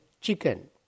chicken